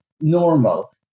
normal